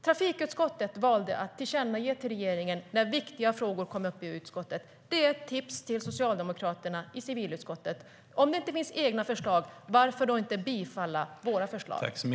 Trafikutskottet valde att tillkännage till regeringen när viktiga frågor kom upp i utskottet. Om det inte finns egna förslag, varför då inte bifalla våra förslag?